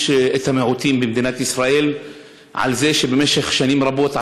את המיעוטים במדינת ישראל על זה שבמשך שנים רבות,